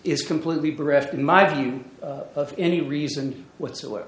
is completely bereft in my view of any reason whatsoever